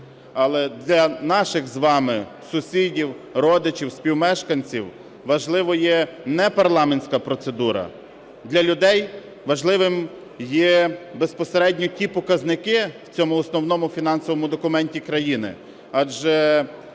Але для наших з вами сусідів, родичів, співмешканців важливо є не парламентська процедура, для людей важливим є безпосередньо ті показники в цьому основному фінансовому документі країни,